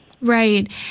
Right